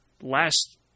last